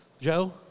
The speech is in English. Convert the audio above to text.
Joe